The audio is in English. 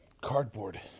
Cardboard